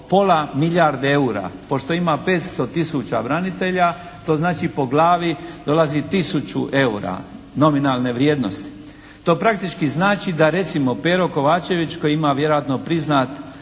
pola milijarde EUR-a. Pošto ima 500 tisuća branitelja to znači po glavi dolazi 1000 EUR-a nominalne vrijednosti. To praktički znači da recimo Pero Kovačević koji ima vjerojatno priznat